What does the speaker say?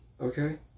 Okay